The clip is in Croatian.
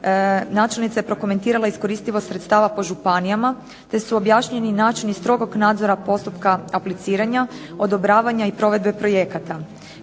načelnica je prokomentirala iskoristivost sredstava po županijama te su objašnjeni načini strogog nadzora postupka apliciranja, odobravanja i provedbe projekata.